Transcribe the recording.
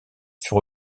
fut